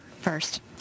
First